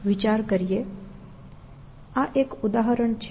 આ એક ઉદાહરણ છે